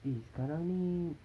eh sekarang ni